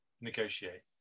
negotiate